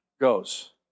goes